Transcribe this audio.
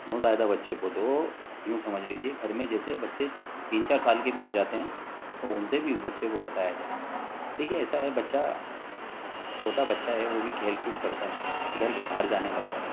نوزائیدہ بچے کو تو یوں سمجھ لیجیے گھر میں جیسے بچے تین چار سال کے بھی ہو جاتے ہیں تو ان سے بھی بچے کو بچایا جائے دیکھیے ایسا ہے بچہ چھوٹا بچہ ہے وہ بھی کھیل کود کرتا ہے گھر کے باہر جانے لگتا ہے